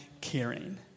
caring